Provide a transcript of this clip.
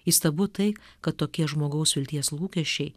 įstabu tai kad tokie žmogaus vilties lūkesčiai